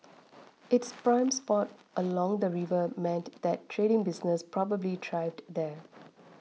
it's prime spot along the river meant that trading businesses probably thrived there